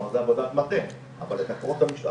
אולי רגע תנתק את המצגת ותדבר איתנו.